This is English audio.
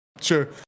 sure